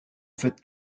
fête